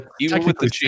technically